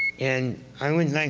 and i